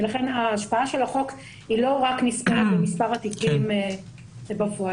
ולכן ההשפעה של החוק לא נספרת רק במספר התיקים בפועל.